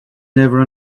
never